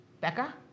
Becca